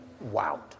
Wow